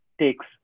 takes